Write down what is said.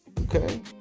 Okay